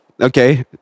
Okay